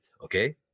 Okay